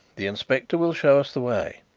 the inspector will show us the way.